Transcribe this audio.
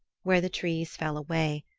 where the trees fell away,